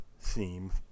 theme